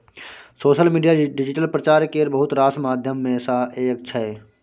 social media digital प्रचार केर बहुत रास माध्यम मे सँ एक छै